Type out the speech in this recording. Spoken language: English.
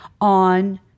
on